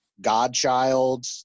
godchild